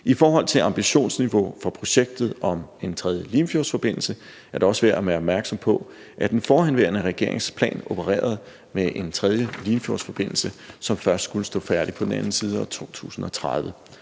I forhold til ambitionsniveau for projektet om en tredje Limfjordsforbindelse er det også værd at være opmærksom på, at den forhenværende regerings plan opererede med en tredje Limfjordsforbindelse, som først skulle stå færdig på den anden side af 2030.